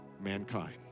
mankind